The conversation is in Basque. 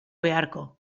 beharko